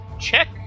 check